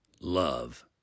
love